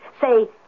Say